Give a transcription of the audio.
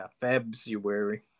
February